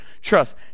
trust